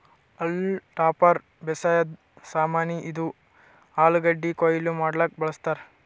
haulm topper ಬೇಸಾಯದ್ ಸಾಮಾನಿ, ಇದು ಆಲೂಗಡ್ಡಿ ಕೊಯ್ಲಿ ಮಾಡಕ್ಕ್ ಬಳಸ್ತಾರ್